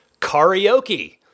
karaoke